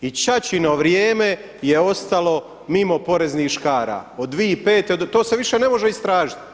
I ćaćino vrijeme je ostalo mimo poreznih škara od 2005. to se više ne može istražiti.